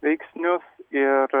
veiksnius ir